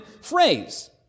phrase